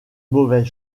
mauvaise